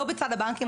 לא בצד הבנקים,